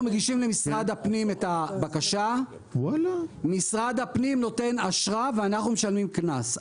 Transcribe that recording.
מגישים למשרד הפנים את הבקשה משרד הפנים נותן אשרה ואנחנו משלמים קנס.